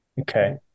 Okay